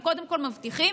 הם קודם כול מבטיחים,